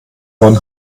bonn